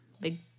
big